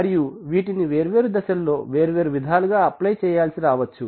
మరియు వీటిని వేర్వేరు దశల్లో వేర్వేరు విధాలుగా అప్లై చేయాల్సి రావచ్చు